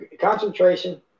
concentration